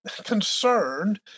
concerned